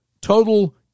total